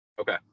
Okay